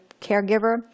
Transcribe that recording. caregiver